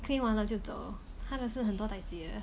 clean 完了就走他的是很多 dai ji 的